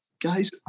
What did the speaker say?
guys